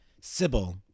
Sybil